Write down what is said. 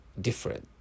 different